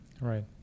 Right